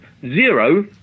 zero